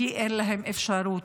כי אין להם אפשרות.